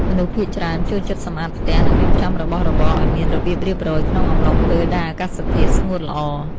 មនុស្សភាគច្រើនចូលចិត្តសម្អាតផ្ទះ និងរៀបចំរបស់របរឱ្យមានរបៀបរៀបរយក្នុងអំឡុងពេលដែលអាកាសធាតុស្ងួតល្អ។